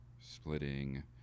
splitting